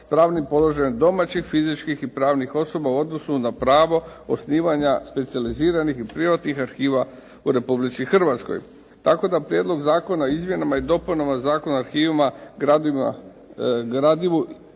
s pravnim položajem domaćih fizičkih i pravnih osoba u odnosu na pravo osnivanja specijaliziranih i privatnih arhiva u Republici Hrvatskoj. Tako da Prijedlog zakona o izmjenama i dopunama Zakona o arhivskom gradivu